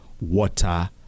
water